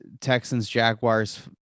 Texans-Jaguars